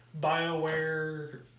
Bioware